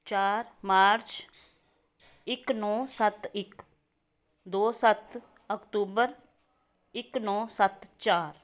ਚਾਰ ਮਾਰਚ ਇੱਕ ਨੌਂ ਸੱਤ ਇੱਕ ਦੋ ਸੱਤ ਅਕਤੂਬਰ ਇੱਕ ਨੌਂ ਸੱਤ ਚਾਰ